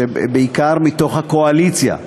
בעיקר מתוך הקואליציה,